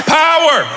power